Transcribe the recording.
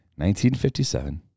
1957